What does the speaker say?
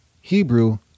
Hebrew